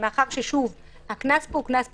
מאחר והקנס הוא קנס פוטנציאלי,